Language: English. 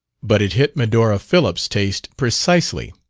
but it hit medora phillips' taste precisely,